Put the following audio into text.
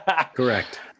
Correct